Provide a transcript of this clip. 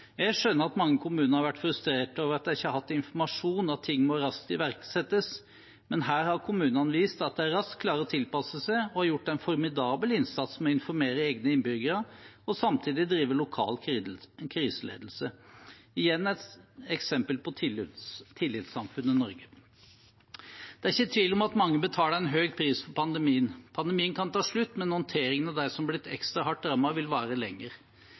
Jeg skjønner at mange kommuner har vært frustrert over at de ikke har hatt informasjon, og at ting må iverksettes raskt. Men her har kommunene vist at de raskt klarer å tilpasse seg, og de har gjort en formidabel innsats med å informere egne innbyggere og samtidig drive lokal kriseledelse – igjen et eksempel på tillitssamfunnet Norge. Det er ikke tvil om at mange betaler en høy pris for pandemien. Pandemien kan ta slutt, men håndteringen av dem som har blitt ekstra hardt rammet, vil vare lenger.